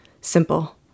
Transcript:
simple